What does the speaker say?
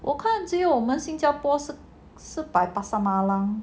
我看只有我们新加坡是摆 pasar malam